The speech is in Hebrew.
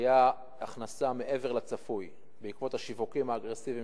היתה הכנסה מעבר לצפוי בעקבות השיווקים האגרסיביים